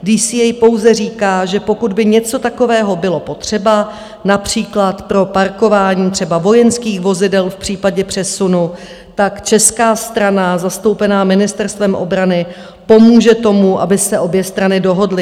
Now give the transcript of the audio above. DCA pouze říká, že pokud by něco takového bylo potřeba, například pro parkování třeba vojenských vozidel v případě přesunu, tak česká strana zastoupená Ministerstvem obrany pomůže tomu, aby se obě strany dohodly.